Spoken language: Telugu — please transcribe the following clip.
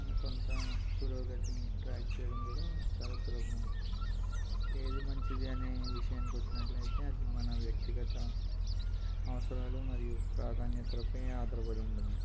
మనసొంత పురోగతిని ట్రాక్ చేయడం కూడా చాలా సులభం అవుతుంది ఏది మంచిది అనే విషయానికి వచ్చినట్లయితే అది మన వ్యక్తిగత అవసరాలు మరియు ప్రాధాన్యతలపై ఆధారపడి ఉంటుంది